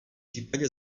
případě